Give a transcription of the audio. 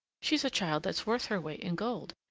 she's a child that's worth her weight in gold,